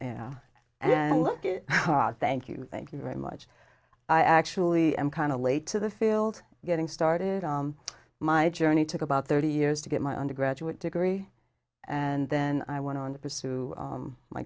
and looking thank you thank you very much i actually am kind of late to the field getting started on my journey took about thirty years to get my undergraduate degree and then i went on to pursue